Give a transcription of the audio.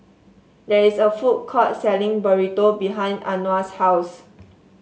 there is a food court selling Burrito behind Anwar's house